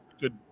good